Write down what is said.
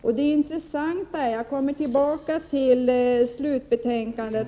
Jag kommer tillbaka till kapitalvinstkommitténs slutbetänkande.